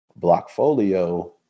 Blockfolio